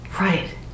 Right